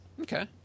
Okay